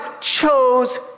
chose